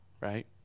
right